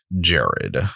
Jared